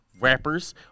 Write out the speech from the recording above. rappers